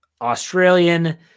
Australian